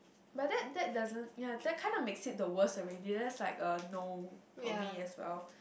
but that that doesn't ya that kind of makes it the worst already that's like a no for me as well